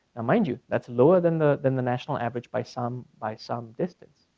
mind you, that's lower than the than the national average by some by some distance.